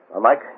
Mike